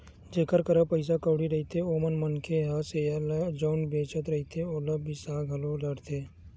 जेखर करा पइसा कउड़ी रहिथे ओ मनखे मन ह सेयर ल जउन बेंचत रहिथे ओला बिसा घलो डरथे